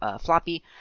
floppy